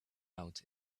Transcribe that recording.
out